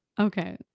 Okay